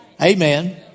Amen